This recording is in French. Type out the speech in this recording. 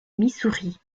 missouri